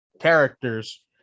characters